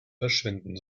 verschwinden